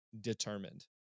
determined